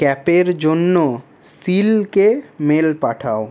ক্যাপের জন্য শীলকে মেল পাঠাও